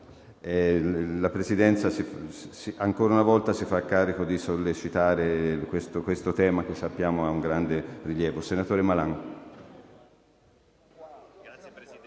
la Presidenza ancora una volta si farà carico di sollecitare questo tema che, sappiamo, ha un grande rilievo. **Sul livello